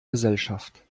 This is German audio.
gesellschaft